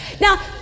Now